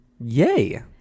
Yay